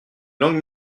langues